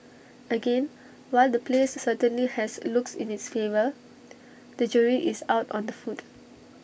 again while the place certainly has looks in its favour the jury is out on the food